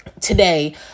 today